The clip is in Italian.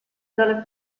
dalla